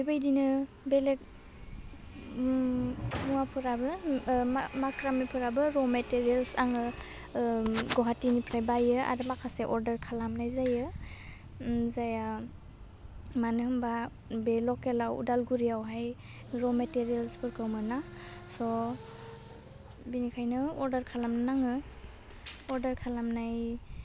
बेबायदिनो बेलेक ओम मुवाफोराबो ओह मा माक्रामिफोराबो र' मेटारियेलस आङो ओम गवाहाटीनिफ्राइ बाइयो आरो माखासे अर्डार खालामनाय जायो ओम जाइया मानो होनबा बे लकेलाव अदालगुरियावहाय रह मेटारियेलसफोरखौ मोना सह बिनिखाइनो अर्डार खालाम नाङो अर्डार खालामनाय